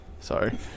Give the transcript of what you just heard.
Sorry